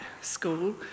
school